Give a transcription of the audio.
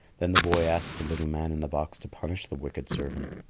then the boy asked the little man in the box to punish the wicked servant.